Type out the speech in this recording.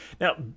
Now